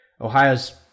Ohio's